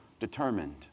determined